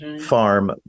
farm